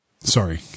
Sorry